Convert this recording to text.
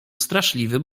straszliwy